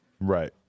Right